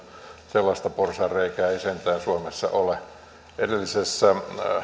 sellaista porsaanreikää ei sentään suomessa ole edellisessä